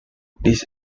this